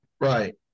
Right